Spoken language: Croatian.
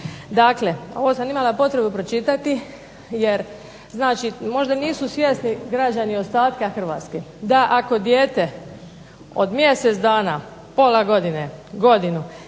Dakle ovo sam imala potrebu pročitati, jer znači možda nisu svjesni građani ostatka Hrvatske da ako dijete od mjesec dana, pola godine, godinu